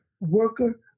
worker